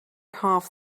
half